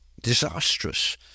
disastrous